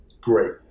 great